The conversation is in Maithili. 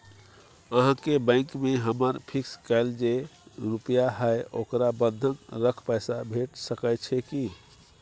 अहाँके बैंक में हमर फिक्स कैल जे रुपिया हय ओकरा बंधक रख पैसा भेट सकै छै कि?